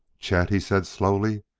chet, he said slowly,